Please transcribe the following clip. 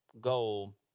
goal